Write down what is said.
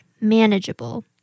manageable